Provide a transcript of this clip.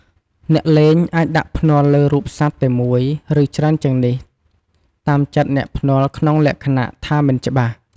អ្នកលេងអាចដាក់ភ្នាល់លើរូបសត្វតែមួយ ឬច្រើនជាងនេះ តាមចិត្តអ្នកភ្នាល់ក្នុងលក្ខណៈថា មិនច្បាស់។